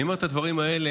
אני אומר את הדברים האלה